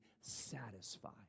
satisfied